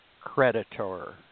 creditor